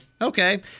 okay